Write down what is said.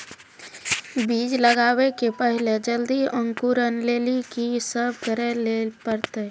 बीज लगावे के पहिले जल्दी अंकुरण लेली की सब करे ले परतै?